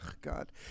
God